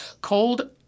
Cold